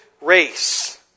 race